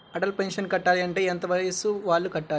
Atal pension కట్టాలి అంటే ఎంత వయసు వాళ్ళు కట్టాలి?